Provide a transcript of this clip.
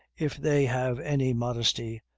if they have any modesty,